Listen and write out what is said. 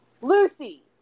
lucy